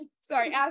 sorry